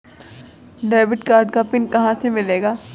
Debit card का PIN कहां से मिलेगा?